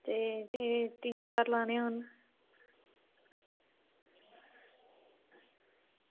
जे तीन चार लाने होङन